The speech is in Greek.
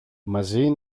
μαζί